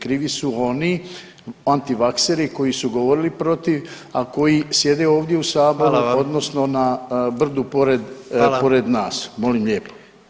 Krivi su oni antivakseri koji su govorili protiv, a koji sjede ovdje u saboru [[Upadica: Hvala vam.]] odnosno na brdu pored, pored nas [[Upadica: Hvala.]] molim lijepo.